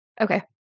Okay